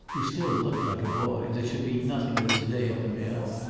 who still looked like a boy, there should be nothing but his day at the mill,